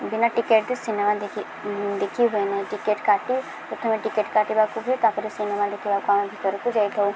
ବିନା ticket cinema ଦେଖି ଦେଖି ହୁଏ ନାହିଁ ଟିକେଟ୍ କାଟି ପ୍ରଥମେ ଟିକେଟ୍ କାଟିବାକୁ ହୁଏ ତାପରେ ସିନେମା ଦେଖିବାକୁ ଆମ ଭିତରକୁ ଯାଇଥାଉ